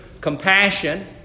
compassion